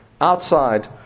outside